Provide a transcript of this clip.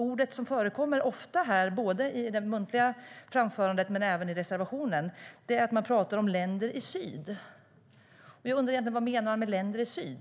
Ord som förekommer ofta, både i det muntliga framförandet och i reservationen, är "länder i syd". Jag undrar vad ni menar med länder i syd.